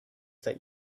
that